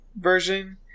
version